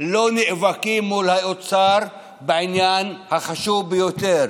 לא נאבקים מול האוצר בעניין החשוב ביותר: